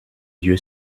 dieu